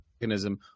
mechanism